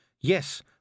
Yes